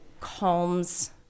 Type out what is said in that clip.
calms